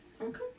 Okay